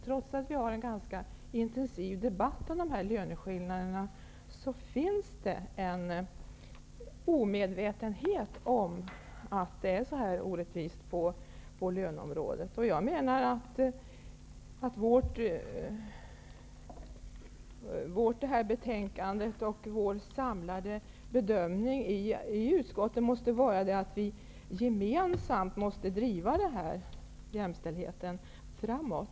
Trots att vi har en ganska intensiv debatt om löneskillnaderna, finns det en omedvetenhet om att det är så orättvist på löneområdet. Vår samlade bedömning i utskottet är att vi gemensamt måste driva jämställdheten framåt.